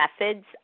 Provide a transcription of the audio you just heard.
methods